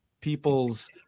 people's